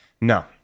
no